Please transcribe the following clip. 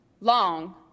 long